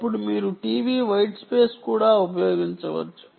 అప్పుడు మీరు TV white space కూడా ఉపయోగించవచ్చు